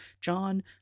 John